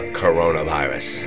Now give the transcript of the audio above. coronavirus